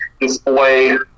display